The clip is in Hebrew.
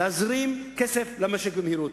להזרים כסף למשק במהירות.